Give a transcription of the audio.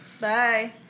Bye